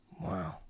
wow